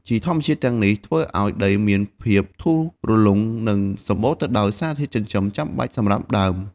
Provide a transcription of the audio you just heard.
ជីធម្មជាតិទាំងនេះធ្វើឲ្យដីមានភាពធូរលុង និងសម្បូរទៅដោយសារធាតុចិញ្ចឹមចាំបាច់សម្រាប់ដើម។